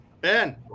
Ben